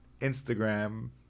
Instagram